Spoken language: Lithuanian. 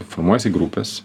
formuojasi grupės